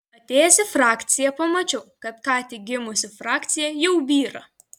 atėjęs į frakciją pamačiau kad ką tik gimusi frakcija jau byra